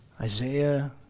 Isaiah